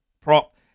prop